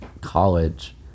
college